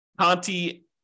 Conti